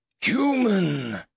Human